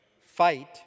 fight